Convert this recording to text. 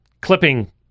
clipping